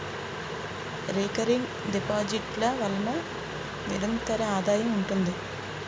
recurring deposit ల వలన నిరంతర ఆదాయం ఉంటుంది